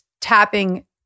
tapping